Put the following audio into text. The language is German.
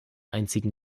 einzigen